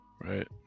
right